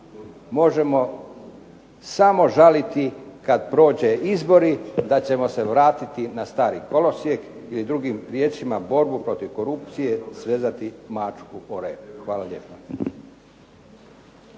možemo samo žaliti kad prođu izbori da ćemo se vratiti na stari kolosijek ili drugim riječima borbu protiv korupcije svezati mačku o rep. Hvala lijepa.